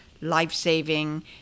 life-saving